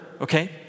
okay